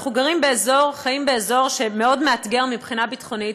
אנחנו חיים באזור מאוד מאתגר מבחינה ביטחונית,